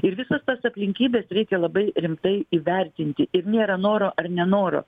ir visas tas aplinkybes reikia labai rimtai įvertinti ir nėra noro ar nenoro